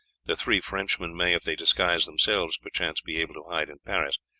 the three frenchmen may, if they disguise themselves, perchance be able to hide in paris,